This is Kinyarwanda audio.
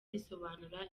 risobanura